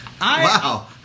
Wow